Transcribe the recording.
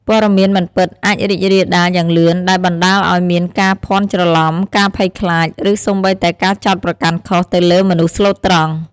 ព័ត៌មានមិនពិត អាច រីករាលដាល យ៉ាងលឿន ដែលបណ្ដាលឱ្យមាន ការភាន់ច្រឡំ ការភ័យខ្លាច ឬសូម្បីតែ ការចោទប្រកាន់ខុស ទៅលើ មនុស្សស្លូតត្រង់។